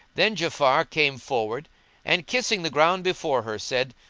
then ja'afar came forward and kissing the ground before her said,